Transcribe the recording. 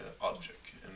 object